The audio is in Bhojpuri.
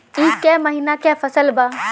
ई क महिना क फसल बा?